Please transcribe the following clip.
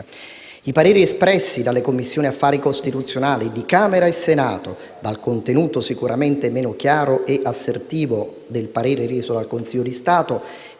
I pareri espressi dalla Commissioni affari costituzionali di Camera e Senato, dal contenuto sicuramente meno chiaro e assertivo del parere reso dal Consiglio di Stato